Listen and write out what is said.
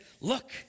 look